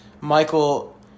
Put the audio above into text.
Michael